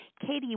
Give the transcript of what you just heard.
Katie